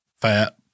fat